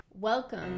Welcome